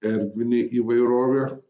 erdvinė įvairovė